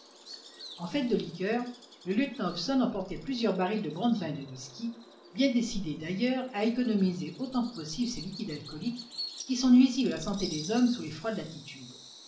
en fait de liqueurs le lieutenant hobson emportait plusieurs barils de brandevin et de whisky bien décidé d'ailleurs à économiser autant que possible ces liquides alcooliques qui sont nuisibles à la santé des hommes sous les froides latitudes